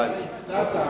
הבנתי.